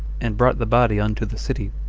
and brought the body unto the city,